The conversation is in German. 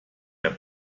der